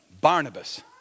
Barnabas